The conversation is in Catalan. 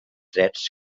drets